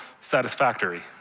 satisfactory